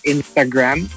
Instagram